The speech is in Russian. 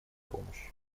помощи